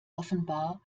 offenbar